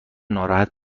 ناراحت